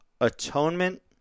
Atonement